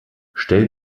stell